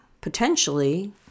potentially